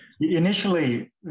Initially